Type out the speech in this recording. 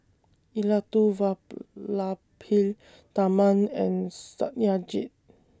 Elattuvalapil Tharman and Satyajit